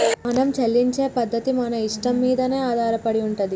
మనం చెల్లించే పద్ధతి మన ఇష్టం మీదనే ఆధారపడి ఉంటది